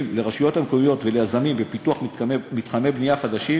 לרשויות מקומיות וליזמים בפיתוח מתחמי בנייה חדשים